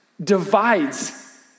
divides